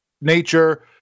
Nature